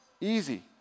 Easy